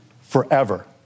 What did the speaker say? forever